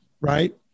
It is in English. Right